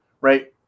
right